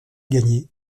gagnée